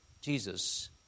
Jesus